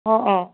অঁ অঁ